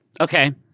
Okay